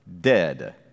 dead